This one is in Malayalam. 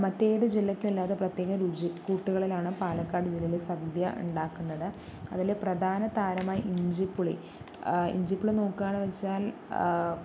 മറ്റേത് ജില്ലയ്ക്കുമിലാത്ത പ്രത്യേക രുചിക്കൂട്ടുകളിലാണ് പാലക്കാട് ജില്ലയിലെ സദ്യ ഉണ്ടാക്കുന്നത് അതിലെ പ്രധാന താരമായി ഇഞ്ചിപ്പുളി ഇഞ്ചിപ്പുളി നോക്കുകയാണെന്ന് വച്ചാൽ